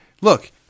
Look